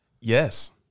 Yes